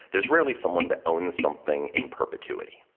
there's rarely someone that owns something in perpetuity.